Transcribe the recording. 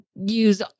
use